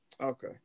Okay